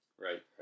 Right